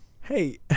Hey